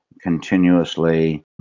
continuously